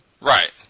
Right